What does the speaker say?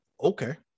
Okay